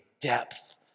depth